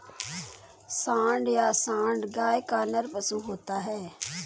सांड या साँड़ गाय का नर पशु होता है